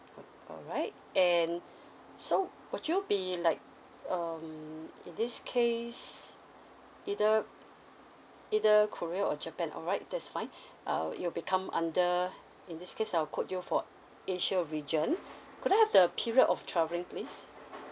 alright and so would you be like um in this case either either korea or japan alright that's fine uh you will become under in this case I would quote you for asia region could I have the period of traveling please